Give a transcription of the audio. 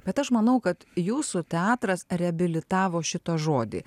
bet aš manau kad jūsų teatras reabilitavo šitą žodį